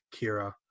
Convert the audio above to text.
Kira